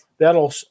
That'll